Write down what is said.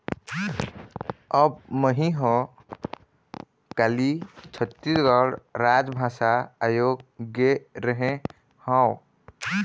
अब मही ह काली छत्तीसगढ़ राजभाषा आयोग गे रेहे हँव